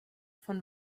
von